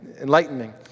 enlightening